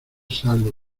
salgo